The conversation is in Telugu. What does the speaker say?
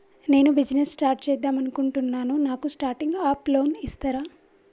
నేను బిజినెస్ స్టార్ట్ చేద్దామనుకుంటున్నాను నాకు స్టార్టింగ్ అప్ లోన్ ఇస్తారా?